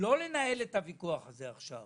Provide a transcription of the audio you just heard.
לא לנהל את הוויכוח הזה עכשיו